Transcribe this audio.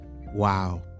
Wow